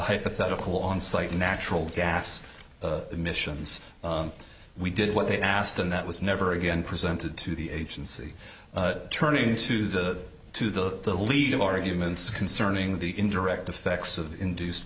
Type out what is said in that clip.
hypothetical on site natural gas emissions we did what they asked and that was never again presented to the agency turning to the to the legal arguments concerning the indirect effects of induced